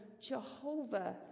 Jehovah